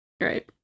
right